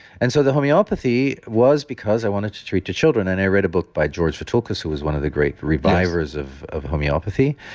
and so the homeopathy was because i wanted to treat the children and i read a book by george vithoulkas who was one of the great revivers of of homeopathy.